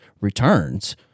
returns